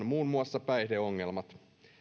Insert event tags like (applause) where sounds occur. (unintelligible) muun muassa päihdeongelmat